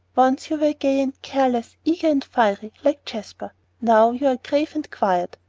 once you were gay and careless, eager and fiery, like jasper now you are grave and quiet,